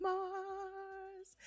Mars